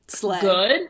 good